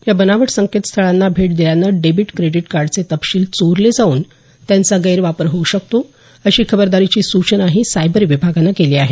या बनावट संकेतस्थळांना भेट दिल्यानं डेबिट क्रेडिट कार्डचे तपशील चोरले जाऊन त्यांचा गैरवापर होऊ शकतो अशी खबरदारीची सूचनाही सायबर विभागानं केली आहे